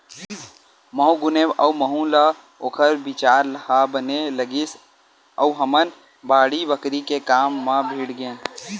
महूँ गुनेव अउ महूँ ल ओखर बिचार ह बने लगिस अउ हमन बाड़ी बखरी के काम म भीड़ गेन